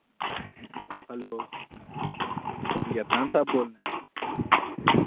hello جی عدنان صاحب بول رہے ہیں